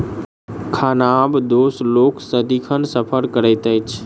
खानाबदोश लोक सदिखन सफर करैत अछि